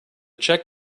check